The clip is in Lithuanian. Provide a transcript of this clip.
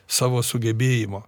savo sugebėjimo